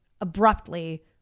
abruptly